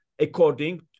according